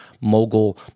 mogul